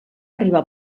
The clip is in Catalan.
arribar